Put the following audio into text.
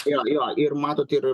jo jo ir matot ir